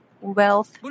wealth